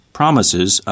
promises